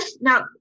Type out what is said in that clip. Now